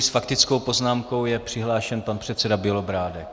S faktickou poznámkou je přihlášen pan předseda Bělobrádek.